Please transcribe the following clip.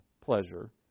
pleasure